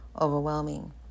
overwhelming